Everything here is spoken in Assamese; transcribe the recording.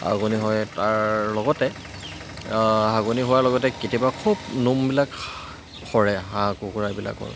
হাগনি হয় তাৰ লগতে হাগনি হোৱাৰ লগতে কেতিয়াবা খুব নোমবিলাক সৰে হাঁহ কুকুৰাবিলাকৰ